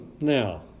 now